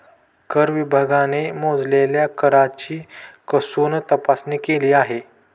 कर विभागाने मोजलेल्या कराची कसून तपासणी केली आहे